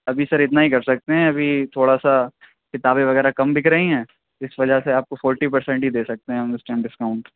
ابھی سر اتنا ہی کر سکتے ہیں ابھی تھوڑا سا کتابیں وغیرہ کم بِک رہی ہیں اِس وجہ سے آپ کو فورٹی پرسینٹ ہی دے سکتے ہیں ہم اِس ٹائم ڈسکاؤنٹ